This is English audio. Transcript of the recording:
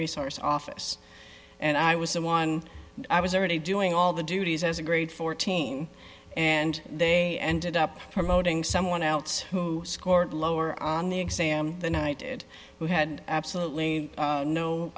resource office and i was the one i was already doing all the duties as a grade fourteen and they ended up promoting someone else who scored lower on the exam the knighted who had absolutely no